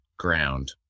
ground